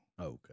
Okay